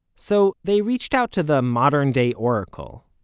so they reached out to the modern day oracle,